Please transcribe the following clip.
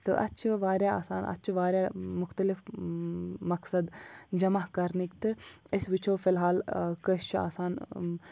تہٕ اَتھ چھِ واریاہ آسان اَتھ چھِ واریاہ مختلف مقصد جمع کَرنٕکۍ تہٕ أسۍ وٕچھو فِلحال کٲنٛسہِ چھِ آسان